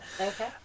Okay